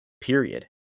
Period